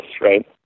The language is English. right